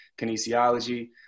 kinesiology